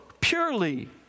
purely